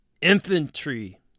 Infantry